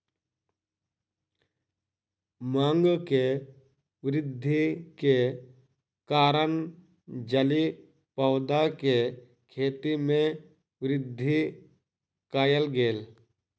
मांग में वृद्धि के कारण जलीय पौधा के खेती में वृद्धि कयल गेल